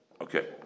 Okay